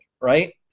right